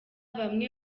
bamwe